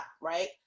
right